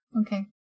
Okay